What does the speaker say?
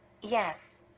Yes